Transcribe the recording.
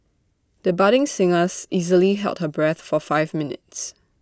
the budding singers easily held her breath for five minutes